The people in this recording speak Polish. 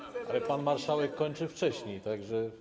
Ale pan marszałek kończy wcześniej, tak że.